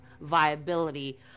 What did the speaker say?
viability